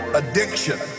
addiction